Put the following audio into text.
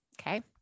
Okay